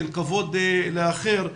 של כבוד לאחר,